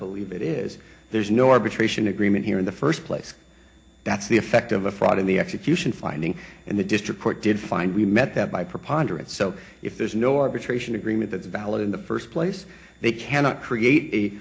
believe it is there's no arbitration agreement here in the first place that's the effect of a fraud in the execution finding and the district court did fine and we met that by preponderate so if there's no arbitration agreement that is valid in the first place they cannot create a